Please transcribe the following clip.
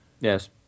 Yes